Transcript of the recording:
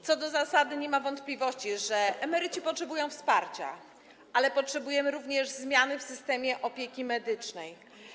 Co do zasady nie ma wątpliwości, że emeryci potrzebują wsparcia, ale potrzebujemy również zmiany w systemie opieki medycznej.